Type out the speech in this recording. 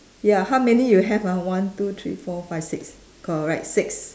ya how many you have ah one two three four five six correct six